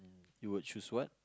you would choose what